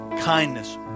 kindness